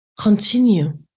Continue